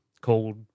called